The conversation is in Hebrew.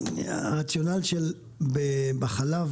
בחלב